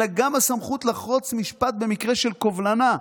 אלא גם הסמכות לחרוץ משפט במקרה של קובלנה,